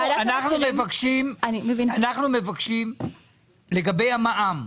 אנחנו מבקשים לגבי המע"מ,